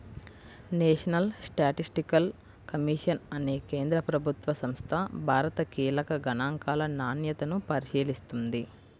national statistical commission అనే కేంద్ర ప్రభుత్వ సంస్థ భారత కీలక గణాంకాల నాణ్యతను పరిశీలిస్తుంది